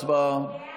הצבעה.